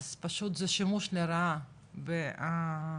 אז פשוט שימוש לרעה בחוק.